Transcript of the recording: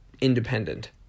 independent